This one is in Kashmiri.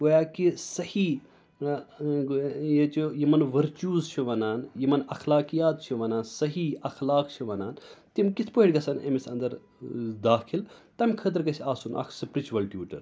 گویا کہِ صحیح ییٚتہِ یِمَن ؤرچوٗز چھِ وَنان یِمَن اخلاقیات چھِ وَنان صحیح اخلاق چھِ وَنان تِم کِتھ پٲٹھۍ گَژھن أمِس اَنٛدر داخِل تَمہِ خٲطرٕ گَژھِ آسُن اَکھ سِپرِچُوَل ٹیوٗٹَر